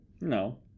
No